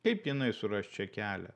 kaip jinai suras čia kelią